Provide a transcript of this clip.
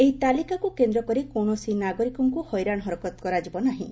ଏହି ତାଲିକାକୁ କେନ୍ଦ୍ର କରି କୌଣସି ନାଗରିକଙ୍କୁ ହଇରାଣ ହରକତ କରାଯିବ ନାହିଁ